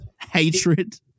hatred